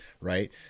right